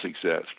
success